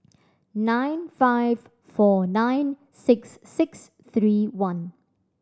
nine five four nine six six three one